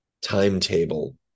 timetable